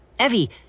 Evie